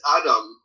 Adam